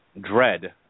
dread